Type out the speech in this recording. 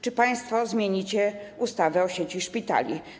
Czy państwo zmienicie ustawę o sieci szpitali?